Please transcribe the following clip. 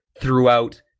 throughout